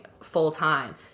full-time